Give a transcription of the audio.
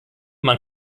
man